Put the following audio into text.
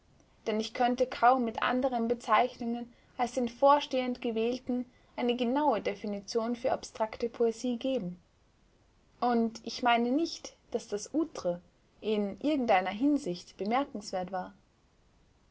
denn ich könnte kaum mit anderen bezeichnungen als den vorstehend gewählten eine genaue definition für abstrakte poesie geben und ich meine nicht daß das outre in irgendeiner hinsicht bemerkenswert war